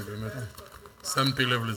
אני באמת, יש יותר השתתפות, שמתי לב לזה.